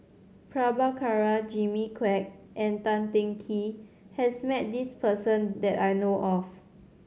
Prabhakara Jimmy Quek and Tan Teng Kee has met this person that I know of